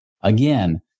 Again